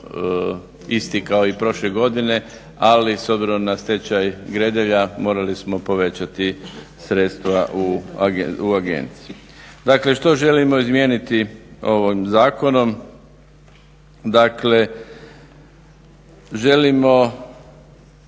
isti kako i prošle godine. Ali s obzirom na stečaj Gredelja morali smo povećati sredstva u agencije. Dakle, što želimo izmijeniti ovim zakonom, dakle želimo